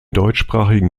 deutschsprachigen